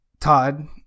Todd